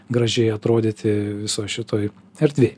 gražiai atrodyti visoj šitoj erdvėj